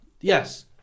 Yes